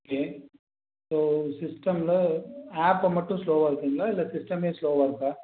okay so சிஸ்டமில் ஆப்பை மட்டும் ஸ்லோவாக இருக்குங்களா இல்லை சிஸ்டமே ஸ்லோவாகருக்கா